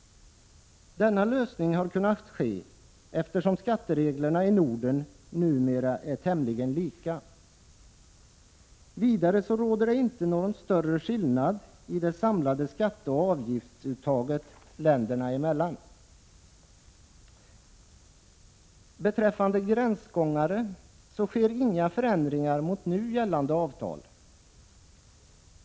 Denna lösning har kunnat ske, eftersom skattereglerna i Norden numera är tämligen lika. Vidare råder det inte någon större skillnad i det samlade skatteoch avgiftsuttaget länderna emellan. Beträffande gränsgångare sker inga förändringar mot nu gällande avtal.